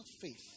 faith